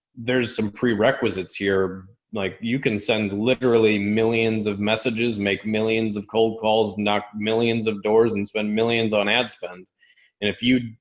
there's some prerequisites here. like you can send literally millions of messages, make millions of cold calls, knock millions of doors and spend millions on ad spend. and if you,